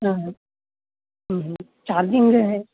charging